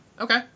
Okay